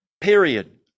period